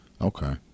okay